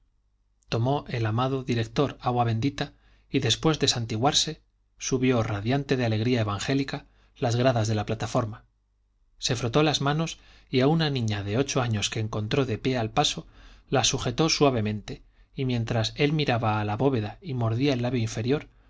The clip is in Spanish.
tomó el amado director agua bendita y después de santiguarse subió radiante de alegría evangélica las gradas de la plataforma se frotó las manos y a una niña de ocho años que encontró de pie al paso la sujetó suavemente y mientras él miraba a la bóveda y mordía el labio inferior